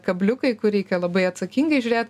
kabliukai kur reikia labai atsakingai žiūrėt